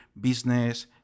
business